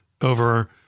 over